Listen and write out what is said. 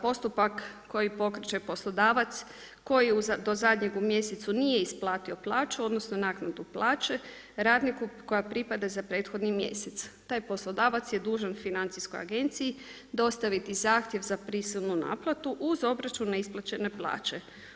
Postupak koji pokreče poslodavac, koji do zadnjeg u mjesecu nije isplatio plaću, odnosno naknadu plaće, radniku koja pripada za prethodni mjesec, taj poslodavac je dužan Financijskoj agenciji dostaviti zahtjev za prisilnu naknadu uz obračune neisplaćene plaće.